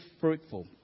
fruitful